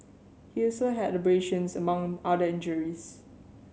he also had abrasions among other injuries